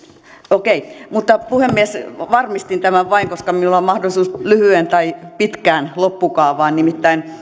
okei mutta puhemies varmistin tämän vain koska minulla on mahdollisuus lyhyeen tai pitkään loppukaavaan nimittäin